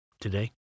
today